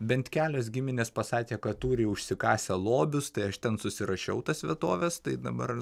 bent kelios giminės pasakė kad turi užsikasę lobius tai aš ten susirašiau tas vietoves tai dabar